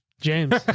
James